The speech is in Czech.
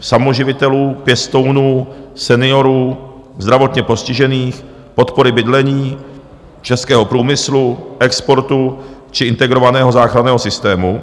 samoživitelů, pěstounů, seniorů, zdravotně postižených, podpory bydlení, českého průmyslu, exportu či Integrovaného záchranného systému.